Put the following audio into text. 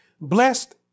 blessed